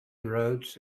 rhodes